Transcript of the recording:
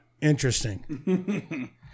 interesting